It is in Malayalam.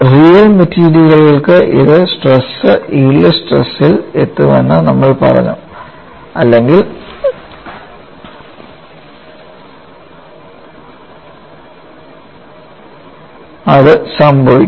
റിയൽ മെറ്റീരിയലുകൾക്ക് സ്ട്രെസ് യിൽഡ് സ്ട്രെസ് ഇൽ എത്തുമെന്ന് നമ്മൾ പറഞ്ഞു അല്ലെങ്കിൽ അത് സംഭവിക്കും